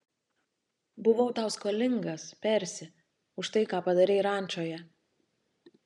buvau tau skolingas persi už tai ką padarei rančoje